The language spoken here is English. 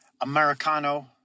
Americano